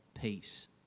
peace